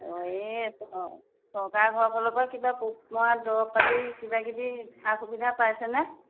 অঁ এই চৰকাৰ ঘৰৰ ফালৰ পৰা কিবা পোক মৰা দৰৱ পাতি কিবা কিবি সা সুবিধা পাইছেনে